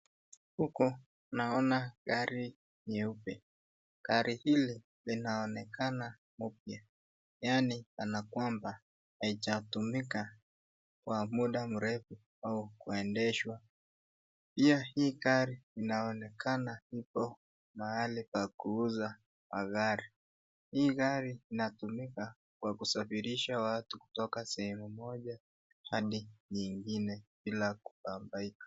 Huko naona gari nyeupe, gari hili linaonekana mpya yaani kana kwamba haijatumika kwa muda mrefu au kuendeshwa, pia hii gari inaonekana iko mahali pa kuuza magari, hii gari inatumika kwa kusafirisha watu kutoka sehemu moja hadi nyingine bila kubabaika.